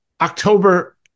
October